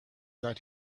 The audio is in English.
that